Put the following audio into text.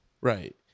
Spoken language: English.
Right